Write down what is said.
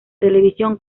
televisión